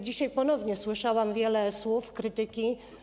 Dzisiaj ponownie słyszałam tutaj wiele słów krytyki.